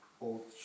old